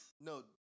No